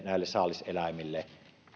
saaliseläimille